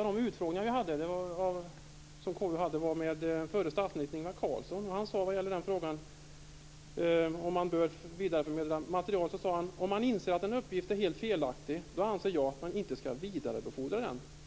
en utfrågning med förre statsminister Ingvar Carlsson. På frågan om man bör vidareförmedla material svarade han: Om man inser att en uppgift är helt felaktig, anser jag att man inte skall vidarebefordra den.